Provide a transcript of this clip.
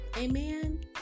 Amen